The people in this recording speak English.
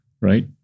Right